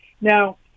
Now